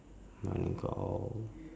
you want to go